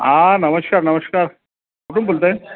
आं नमस्कार नमस्कार कुठून बोलताय